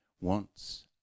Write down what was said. wants